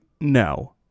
no